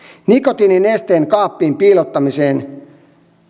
nikotiininesteen kaappiin piilottamisen